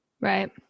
right